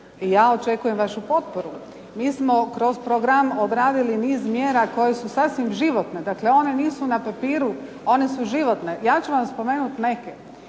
i ja očekujem vašu potporu. Mi smo kroz program odradili niz mjera koje su sasvim životne. Dakle, one nisu na papiru. One su životne. Ja ću vam spomenuti neke.